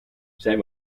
zij